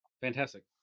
Fantastic